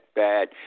bad